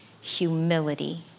humility